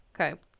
okay